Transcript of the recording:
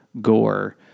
gore